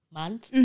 month